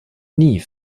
nie